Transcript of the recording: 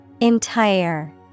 Entire